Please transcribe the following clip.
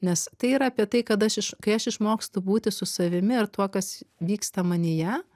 nes tai yra apie tai kad aš iš kai aš išmokstu būti su savimi ir tuo kas vyksta manyje